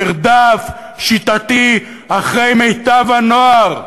מרדף שיטתי אחרי מיטב הנוער,